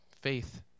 Faith